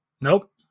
Nope